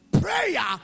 Prayer